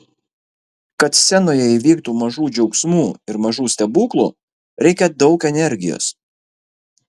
kad scenoje įvyktų mažų džiaugsmų ir mažų stebuklų reikia daug energijos